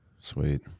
Sweet